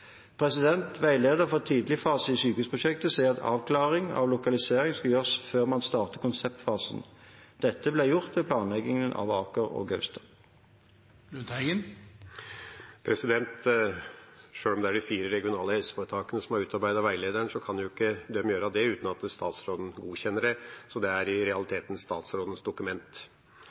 for tidligfasen i sykehusprosjekter sier at avklaring av lokalisering skal gjøres før man starter konseptfasen. Dette ble gjort ved planleggingen av Aker og Gaustad. Sjøl om det er de fire regionale helseforetakene som har utarbeidet veilederen, kan de ikke gjøre det uten at statsråden godkjenner den, så det er i realiteten statsrådens dokument.